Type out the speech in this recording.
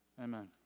Amen